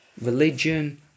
Religion